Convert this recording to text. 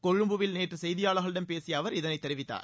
கொழும்புவில் நேற்று செய்தியாளர்களிடம் பேசிய அவர் இதனை தெரிவித்தார்